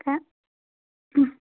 হা